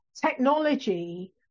technology